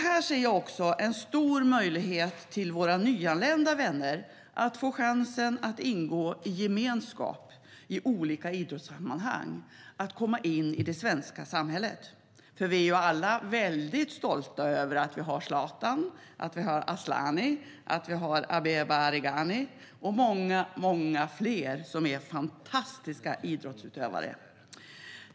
Här ser jag också en stor möjlighet för våra nyanlända vänner att få chansen att ingå i gemenskapen i olika idrottssammanhang och komma in i det svenska samhället. Vi är alla stolta över Zlatan, Asllani, Abeba Aregawi och många fler som är fantastiska idrottsutövare.